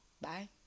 Bye